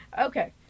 Okay